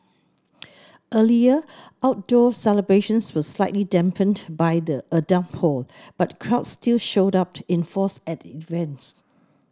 earlier outdoor celebrations were slightly dampened by the a downpour but crowds still showed up in force at events